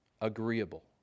agreeable